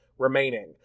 remaining